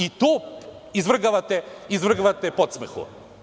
I to izvrgavate podsmehu.